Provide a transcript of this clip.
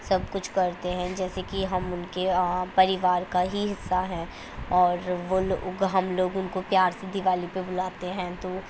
سب کچھ کرتے جیسے کہ ہم ان کے پریوار کا ہی حصہ ہیں اور وہ لوگ ہم لوگوں کو پیار سے دیوالی پہ بلاتے ہیں تو